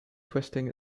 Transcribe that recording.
twisting